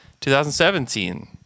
2017